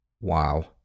Wow